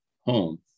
home